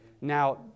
Now